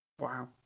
Wow